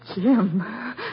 Jim